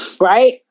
right